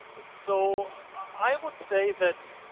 so i would say that